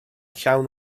llawn